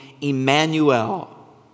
Emmanuel